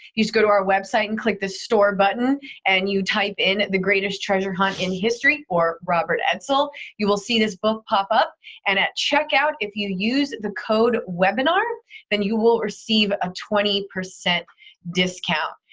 go to our website and click the store button and you type in, the greatest treasure hunt in history or robert edsel you will see his book pop up and at check out if you use the code, webinar' then you will receive a twenty percent discount.